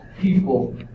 people